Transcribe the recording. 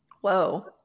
Whoa